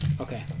Okay